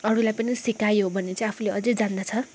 अरूलाई पनि सिकायो भने चाहिँ आफूले अझै जान्दछ